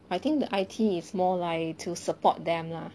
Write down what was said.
I think the I_T is more like to support them lah